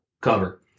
cover